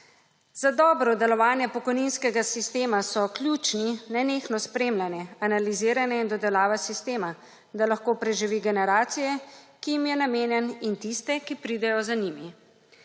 Za dobro delovanje pokojninskega sistema so ključni nenehno spremljanje, analiziranje in dodelava sistema, da lahko preživi generacije, ki jim je namenjen in tiste, ki pridejo za njimi.